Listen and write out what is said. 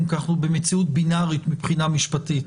כי אנחנו במציאות בינארית מבחינה משפטית,